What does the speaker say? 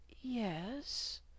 Yes